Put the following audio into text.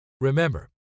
Remember